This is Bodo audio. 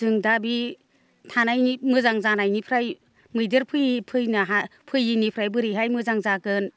जों दा बि थानायनि मोजां जानायनिफ्राय मैदेर फैयै फैनो फैयैनिफ्राय बोरैहाय मोजां जागोन